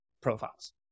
profiles